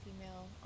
female